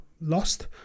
lost